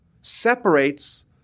separates